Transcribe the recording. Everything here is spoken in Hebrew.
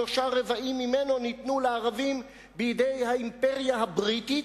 שלושה-רבעים ממנו ניתנו לערבים בידי האימפריה הבריטית.